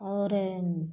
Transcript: और